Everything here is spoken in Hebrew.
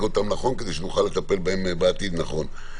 אותם נכון כדי שנוכל לטפל בהם בעתיד נכון.